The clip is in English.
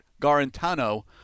Garantano